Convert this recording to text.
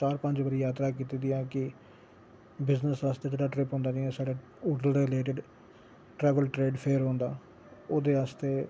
चार पंज बारी जात्तरा कीती दियां कि बिज़नस आस्तै साढ़ा ट्रिप होंदा नीं ते Urdu related travel trade fair होंदा ओह्दे आस्तै